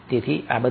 તેથી તૈયાર